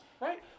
Right